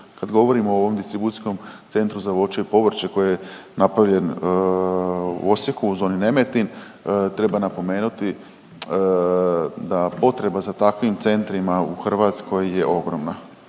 Kad govorimo o ovom distribucijskom centru za voće i povrće koje je napravljen u Osijeku u zoni Nemetin, treba napomenuti da potreba za takvim centrima u Hrvatskoj je ogromna.